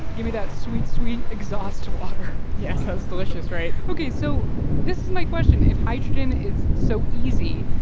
give me that sweet, sweet exhaust water yeah. sounds delicious, right? ok, so this is my question. if hydrogen is so easy,